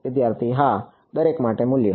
વિદ્યાર્થી હા દરેક માટે મૂલ્ય